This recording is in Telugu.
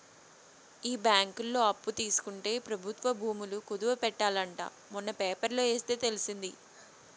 ఈ బ్యాంకులో అప్పు తీసుకుంటే ప్రభుత్వ భూములు కుదవ పెట్టాలి అంట మొన్న పేపర్లో ఎస్తే తెలిసింది